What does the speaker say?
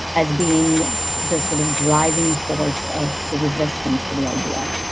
as being the sort of driving force of the resistance to the idea.